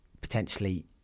potentially